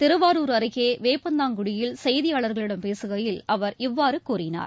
திருவாரூர் அருகே வேப்பத்தாங்குடியில் செய்தியாளர்களிடம் பேசுகையில் அவர் இவ்வாறு கூறினார்